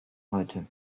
heute